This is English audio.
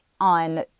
on